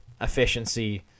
efficiency